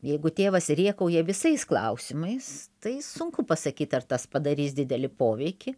jeigu tėvas rėkauja visais klausimais tai sunku pasakyt ar tas padarys didelį poveikį